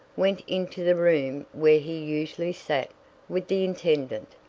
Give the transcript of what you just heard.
went into the room where he usually sat with the intendant.